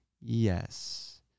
Yes